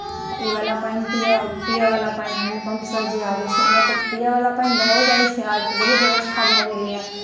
ईवला पानि पियऽ पियऽवला पानि हैंड पम्प से जे आबै छै एना तऽ पियऽवला पानि दओ जाइ छै आब तऽ बहुत व्यवस्था भऽ गेलैए